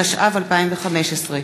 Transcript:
התשע"ו 2015,